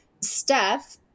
Steph